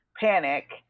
panic